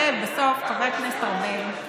בסוף, חבר הכנסת ארבל,